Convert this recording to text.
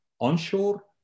onshore